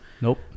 Nope